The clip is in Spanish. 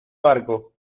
barco